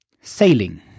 sailing